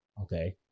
okay